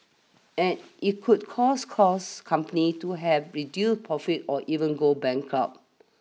and it could cause cause companies to have reduced profits or even go bankrupt